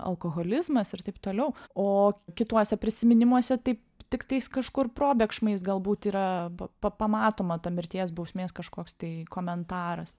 alkoholizmas ir taip toliau o kituose prisiminimuose taip tiktais kažkur probėgšmais galbūt yra p pa pamatoma ta mirties bausmės kažkoks tai komentaras